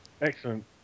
Excellent